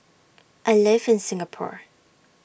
I live in Singapore